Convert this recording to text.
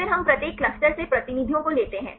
फिर हम प्रत्येक क्लस्टर से प्रतिनिधियों को लेते हैं